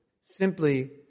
simply